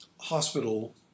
hospital